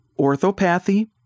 orthopathy